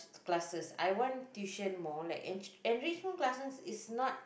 classes I want tuition more like en~ enrichment classes is not classes